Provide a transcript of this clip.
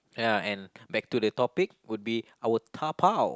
ya and back to the topic would be I would dabao